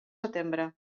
setembre